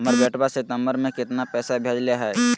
हमर बेटवा सितंबरा में कितना पैसवा भेजले हई?